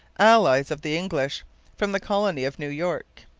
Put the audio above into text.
allies of the english, from the colony of new york.